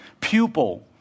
pupil